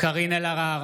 קארין אלהרר,